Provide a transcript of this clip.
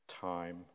time